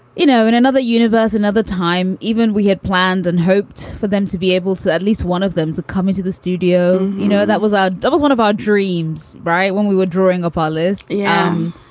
you know, in another universe, another time even we had planned and hoped for them to be able to at least one of them to come into the studio. you know, that was our it was one of our dreams, right, when we were drawing up our list. yeah.